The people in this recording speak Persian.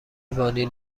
وانیل